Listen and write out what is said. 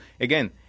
again